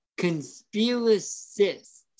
conspiracists